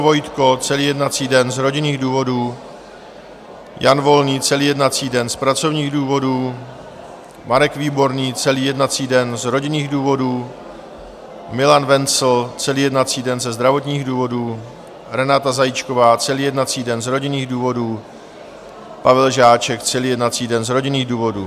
Vojtko celý jednací den z rodinných důvodů, Jan Volný celý jednací den z pracovních důvodů, Marek Výborný celý jednací den z rodinných důvodů, Milan Wenzl celý jednací den ze zdravotních důvodů, Renáta Zajíčková celý jednací den z rodinných důvodů, Pavel Žáček celý jednací den z rodinných důvodů.